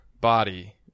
body